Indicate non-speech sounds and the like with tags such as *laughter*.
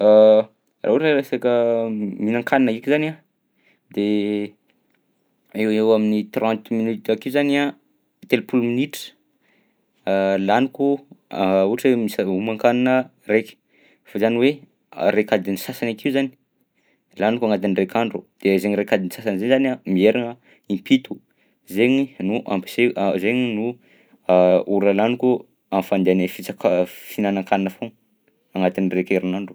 *hesitation* Raha ohatra hoe resaka mihinan-kanina ndraika zany a de eo ho eo amin'ny trente minutes akeo zany a- telopolo minitra *hesitation* laniko *hesitation* ohatra hoe misa- homan-kanina raika fa zany hoe araika adiny sasany akeo zany laniko agnatin'ny indraika andro de zaigny raika adiny sasany zay zany a miherigna impito, zaigny no ampisai- *hesitation* zaigny no *hesitation* ora laniko am'fandehana fitsaka- *hesitation* fihinanan-kanina foagna agnatin'ny raika herignandro.